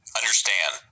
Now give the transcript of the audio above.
Understand